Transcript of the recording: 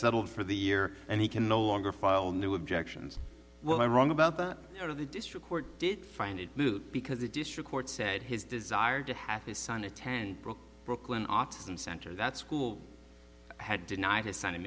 settled for the year and he can no longer file new objections well i'm wrong about the out of the district court did find it moot because the district court said his desire to have his son attend brooklyn autism center that school had denied his son